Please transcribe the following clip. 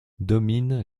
domine